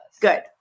Good